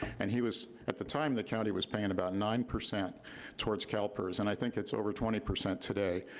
and he was, at the time the county was paying about nine percent towards calpers, and i think it's over twenty percent today,